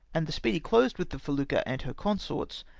and the speedy closed with the felucca and her consorts,